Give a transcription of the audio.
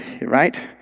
Right